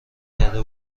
کرده